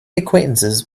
acquaintances